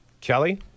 Kelly